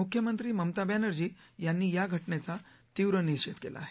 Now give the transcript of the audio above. मुख्यमंत्री ममता बॅनर्जी यांनी या घटनेचा तीव्र निषेध केला आहे